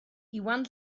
iwan